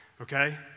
Okay